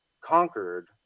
conquered